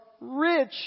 rich